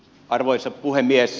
arvoisa puhemies